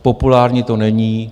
Populární to není.